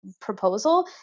proposal